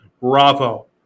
Bravo